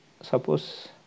suppose